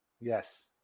Yes